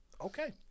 Okay